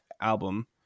album